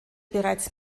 bereits